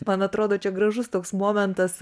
man atrodo čia gražus toks momentas